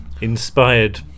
Inspired